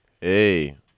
Hey